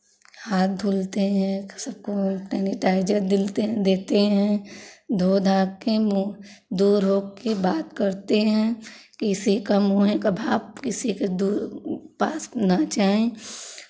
हाथ धुलते हैं सबको सैनिटाइज़र दिलते देते हैं धो धा के मुँह दूर होके बात करते हैं किसी का मुँहे का भाप किसी के पास ना जाए